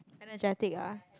energetic ah